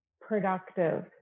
productive